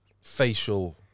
facial